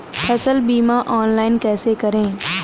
फसल बीमा ऑनलाइन कैसे करें?